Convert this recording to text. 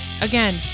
Again